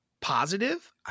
positive